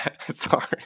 Sorry